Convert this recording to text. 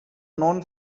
known